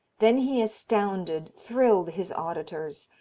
then he astounded, thrilled his auditors.